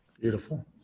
Beautiful